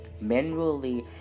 manually